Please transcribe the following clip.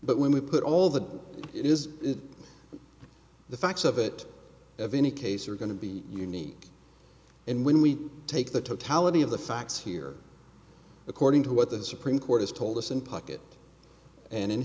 but when we put all that it is the facts of it of any case are going to be unique and when we take the totality of the facts here according to what the supreme court has told us and pocket and in